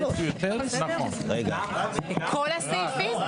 כל הסעיפים?